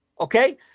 Okay